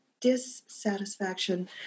dissatisfaction